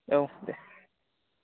औ दे